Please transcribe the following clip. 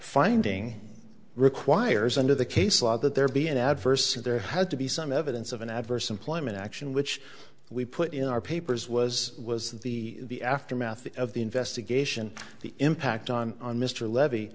finding requires under the case law that there be an adverse there had to be some evidence of an adverse employment action which we put in our papers was was the aftermath of the investigation the impact on on mr levy